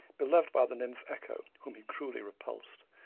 beloved by the nymph echo whom he cruelly repulsed.